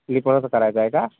स्लीपरचं करायचं आहे का